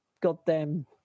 goddamn